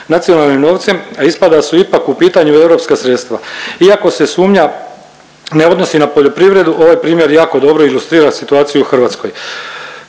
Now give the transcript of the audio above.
nacionalnim novcem, a ispada da su ipak u pitanju europska sredstva. Iako se sumnja ne odnosi na poljoprivredu ovaj primjer jako dobro ilustrira situaciju u Hrvatskoj.